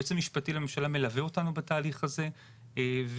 היועץ המשפטי לממשלה מלווה אותנו בתהליך הזה ולכן